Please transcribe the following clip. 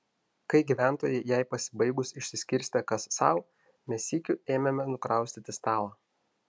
kai gyventojai jai pasibaigus išsiskirstė kas sau mes sykiu ėmėme nukraustyti stalą